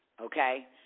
okay